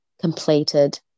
completed